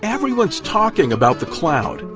everyone's talking about the cloud,